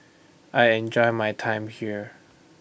I enjoy my time here